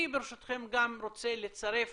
אני, ברשותכם, רוצה לצרף